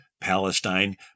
Palestine